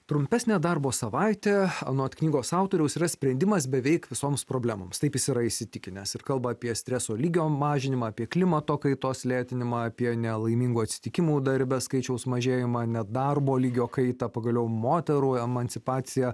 trumpesnė darbo savaitė anot knygos autoriaus yra sprendimas beveik visoms problemoms taip jis yra įsitikinęs ir kalba apie streso lygio mažinimą apie klimato kaitos lėtinimą apie nelaimingų atsitikimų darbe skaičiaus mažėjimą nedarbo lygio kaitą pagaliau moterų emancipaciją